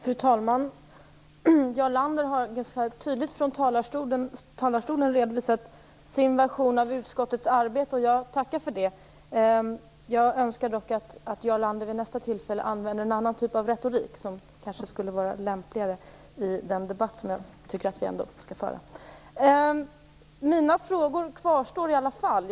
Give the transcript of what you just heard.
Fru talman! Jarl Lander har tydligt från talarstolen redovisat sin version av utskottet arbete, och jag tackar för det. Jag önskar dock att Jarl Lander vid nästa tillfälle använder en annan typ av retorik, som kanske skulle vara lämpligare i den debatt som jag tycker att vi skall föra. Mina frågor kvarstår i alla fall.